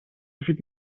سفید